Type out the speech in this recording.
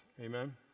amen